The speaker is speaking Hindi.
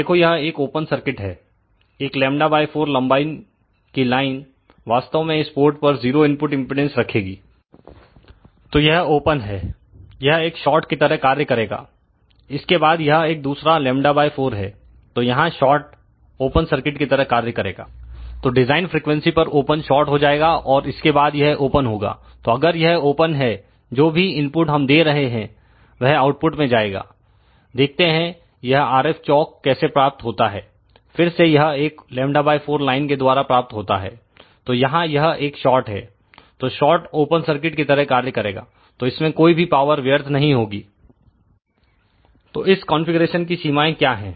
देखो यह एक ओपन सर्किट है एकλ4 लंबाई की लाइन वास्तव में इस पोर्ट पर 0 इनपुट इंपेडेंस रखेगी तो यह ओपन है यह एक शार्ट की तरह कार्य करेगा इसके बाद यह एक दूसरा λ4 है तो यहां शार्ट ओपन सर्किट की तरह कार्य करेगा तो डिजाइन फ्रीक्वेंसी पर ओपन शार्ट हो जाएगा और इसके बाद यह ओपन होगा तो अगर यह ओपन है जो भी इनपुट हम दे रहे हैं वह आउटपुट में जाएगा देखते हैं यह RF चौक कैसे प्राप्त होता है फिर से यह एक λ4 लाइन के द्वारा प्राप्त होता है तो यहां यह एक शार्ट है तो शार्ट ओपन सर्किट की तरह कार्य करेगा तो इसमें कोई भी पावर व्यर्थ नहीं होगी तो इस कॉन्फ़िगरेशन की सीमाएं क्या है